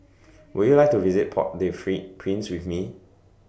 Would YOU like to visit Port Prince with Me